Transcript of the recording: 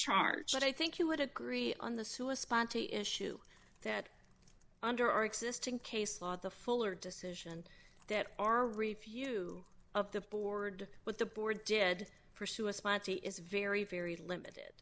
charged but i think you would agree on the sewer sponte issue that under our existing case law the fuller decision that our review of the board but the board did pursue a spotty is very very limited